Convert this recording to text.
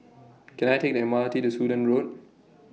Can I Take The M R T to Sudan Road